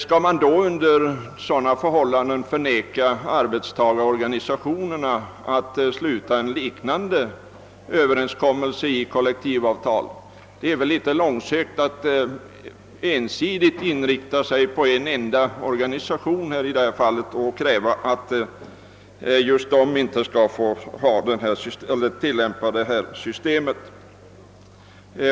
Skall man under sådana förhållanden förneka arbetstagarorganisationernas rätt att sluta en liknande överenskommelse i kollektivavtal? Det är väl litet långsökt att i detta fall ensidigt inrikta sig på en enda organisation och kräva att just denna inte skall få tilllämpa detta system.